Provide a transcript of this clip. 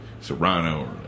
serrano